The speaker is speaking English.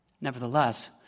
Nevertheless